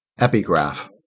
Epigraph